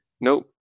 Nope